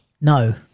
No